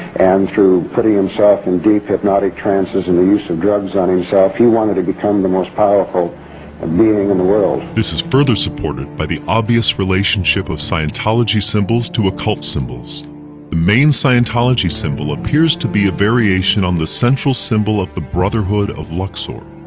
and through putting himself in deep hypnotic trances and the use of drugs on himself, he wanted to become the most powerful and being in the world. this is further supported by the obvious relationship of scientology symbols to occult symbols. the main scientology symbol appears to be a variation on the central symbol of the brotherhood of luxor.